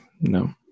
No